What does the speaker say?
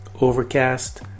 Overcast